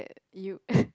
you